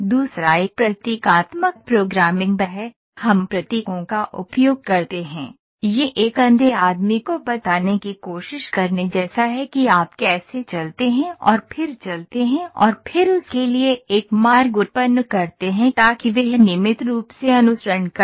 दूसरा एक प्रतीकात्मक प्रोग्रामिंग है हम प्रतीकों का उपयोग करते हैं यह एक अंधे आदमी को बताने की कोशिश करने जैसा है कि आप कैसे चलते हैं और फिर चलते हैं और फिर उसके लिए एक मार्ग उत्पन्न करते हैं ताकि वह नियमित रूप से अनुसरण करे